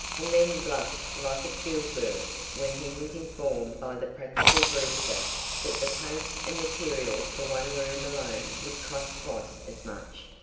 and then blushed like a schoolgirl when he was informed by the practical brewster that the paints and material for one room alone would cost twice as much.